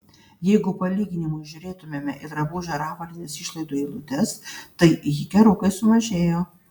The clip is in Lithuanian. jeigu palyginimui žiūrėtumėme į drabužių ar avalynės išlaidų eilutes tai ji gerokai sumažėjo